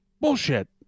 bullshit